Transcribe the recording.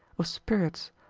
of spirits,